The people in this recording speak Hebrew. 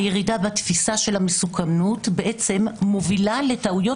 הירידה בתפיסה של המסוכנות בעצם מובילה לטעויות